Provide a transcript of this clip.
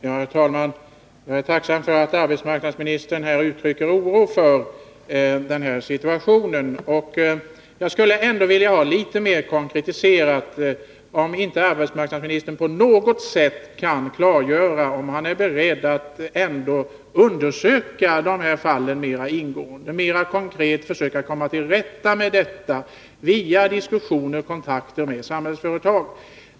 Herr talman! Jag är tacksam för att arbetsmarknadsministern här uttrycker oro för situationen. Men jag skulle vilja få litet mer konkretiserat. Kan inte arbetsmarknadsministern på något sätt klargöra om han ändå är beredd att undersöka dessa fall mera ingående och mera konkret försöka komma till rätta med detta via diskussioner och kontakter med Samhällsföretag?